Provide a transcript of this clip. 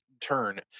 turn